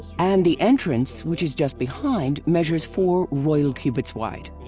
and the entrance which is just behind measures four royal cubits wide,